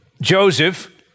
Joseph